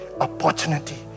opportunity